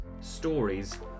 stories